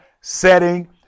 setting